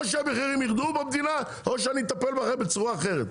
או שהמחירים ירדו במדינה או שאני אטפל בכם בצורה אחרת.